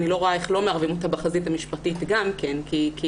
ואני לא רואה איך לא מערבים אותה בחזית המשפטית גם כי האפוטרופוס